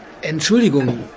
Entschuldigung